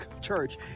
Church